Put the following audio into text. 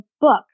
book